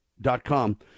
Dot-com